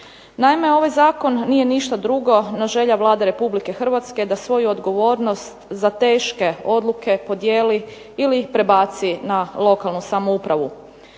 Naime, ovaj zakon nije ništa drugo no želja Vlade RH da svoju odgovornost za teške odluke podijeli ili ih prebaci na lokalnu samoupravu.